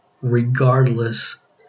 regardless